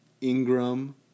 Ingram